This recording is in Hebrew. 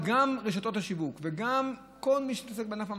גם רשתות השיווק וגם כל מי שמתעסק בענף המזון,